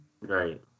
Right